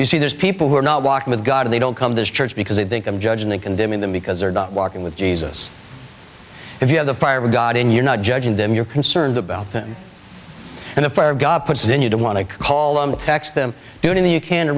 you see there's people who are not walking with god they don't come this church because they think i'm judging and condemning them because they're not walking with jesus if you have the fire with god and you're not judging them you're concerned about them and the fire god puts then you don't want to call them text them doing the you can